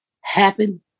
happen